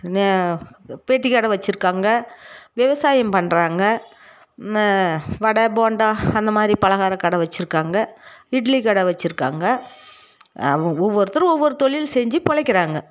பெட்டிக்கடை வச்சுருக்காங்க விவசாயம் பண்ணுறாங்க வடை போண்டா அந்தமாதிரி பலகாரக்கடை வச்சுருக்காங்க இட்லி கடை வச்சுருக்காங்க ஒவ்வொருத்தரும் ஒவ்வொரு தொழில் செஞ்சு பிழைக்கிறாங்க